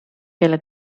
keele